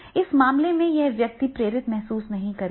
इस मामले में यह व्यक्ति प्रेरित महसूस नहीं करेगा